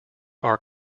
are